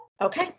Okay